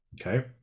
Okay